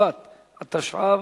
בשבט התשע"ב,